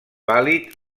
vàlid